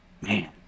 man